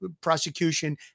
prosecution